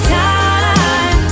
time